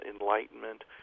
enlightenment